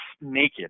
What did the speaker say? naked